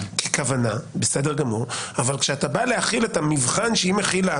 אבל כשאתה בא להחיל את המבחן שהיא מחילה